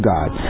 God